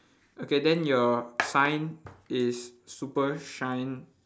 okay then your sign is super shine